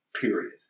period